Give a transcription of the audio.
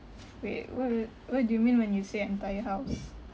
wait what would what do you mean when you say entire house